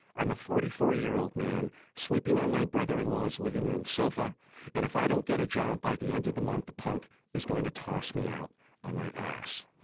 i'm a forty four year old man sleeping on my brother-in-law's living room sofa and if i don't get a job by the end of the month, the punk is going to toss me out on my ass.